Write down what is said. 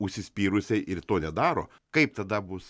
užsispyrusiai ir to nedaro kaip tada bus